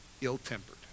ill-tempered